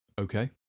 Okay